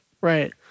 Right